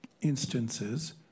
instances